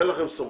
אין לכן סמכות.